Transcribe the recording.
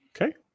Okay